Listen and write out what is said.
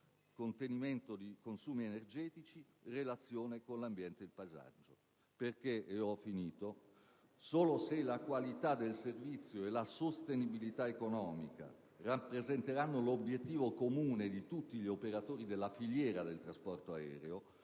contenimento di consumi energetici; relazione con l'ambiente e il paesaggio. Solo se la qualità del servizio e la sostenibilità economica rappresenteranno l'obiettivo comune di tutti gli operatori della filiera del trasporto aereo,